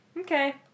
Okay